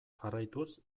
jarraituz